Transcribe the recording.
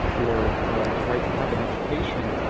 or the right to have an education,